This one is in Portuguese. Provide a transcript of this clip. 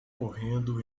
correndo